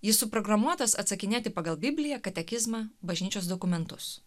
jis suprogramuotas atsakinėti pagal bibliją katekizmą bažnyčios dokumentus